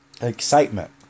Excitement